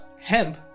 Hemp